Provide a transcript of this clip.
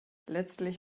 letztlich